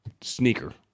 sneaker